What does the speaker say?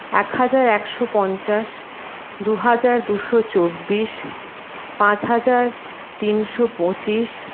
এক হাজার একশো পঞ্চাশ দু হাজার দুশো চব্বিশ পাঁচ হাজার তিনশো পঁচিশ